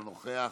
אינו נוכח,